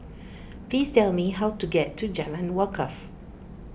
please tell me how to get to Jalan Wakaff